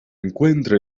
encuentra